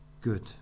good